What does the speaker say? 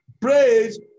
Praise